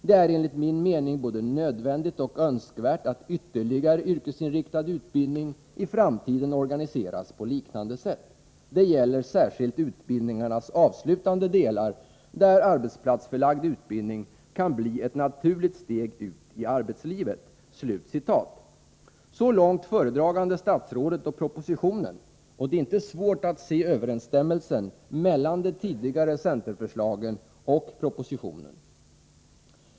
Det är enligt min mening både nödvändigt och önskvärt att ytterligare yrkesinriktad utbildning i framtiden organiseras på liknande sätt. Det gäller särskilt utbildningarnas avslutande delar där arbetsplatsförlagd utbildning kan bli ett naturligt steg ut i arbetslivet.” Så långt föredragande statsrådet och propositionen, och det är inte svårt att se överensstämmelsen mellan de tidigare centerförslagen och propositionen.